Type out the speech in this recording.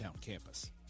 campus